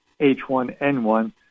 H1N1